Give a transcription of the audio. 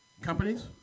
Companies